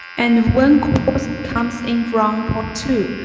and when calls comes in from port two,